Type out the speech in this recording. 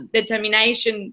determination